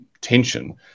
tension